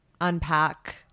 unpack